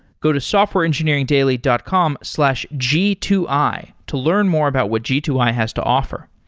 go to softwareengineeringdaily dot com slash g two i to learn more about what g two i has to offer.